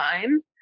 time